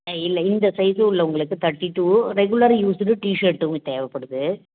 ஆ இல்லை இந்த சைஸு உள்ளவங்களுக்கு தேர்ட்டி டூ ரெகுலர் யூஸ்டு டீஷர்ட்டும் தேவைப்படுது